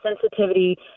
sensitivity